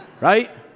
right